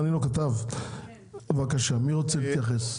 מי רוצה להתייחס?